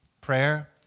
prayer